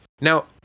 Now